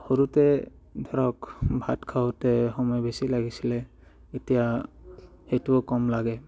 সৰুতে ধৰক ভাত খাওঁতে সময় বেছি লাগিছিলে এতিয়া সেইটোও কম লাগে